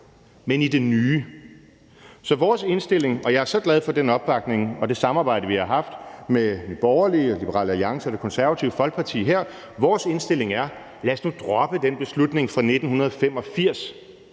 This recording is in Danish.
men det nye. Så vores indstilling – og jeg er så glad for den opbakning, vi har fået, og det samarbejde, vi har haft med Nye Borgerlige, Liberal Alliance og Det Konservative Folkeparti her – er: Lad os nu droppe den beslutning fra 1985,